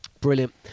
Brilliant